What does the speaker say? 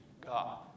God